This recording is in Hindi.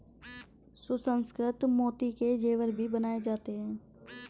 सुसंस्कृत मोती के जेवर भी बनाए जाते हैं